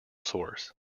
source